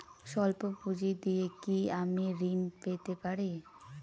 সল্প পুঁজি দিয়ে কি আমি ঋণ পেতে পারি?